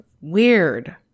Weird